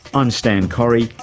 i'm stan correy,